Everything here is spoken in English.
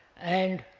and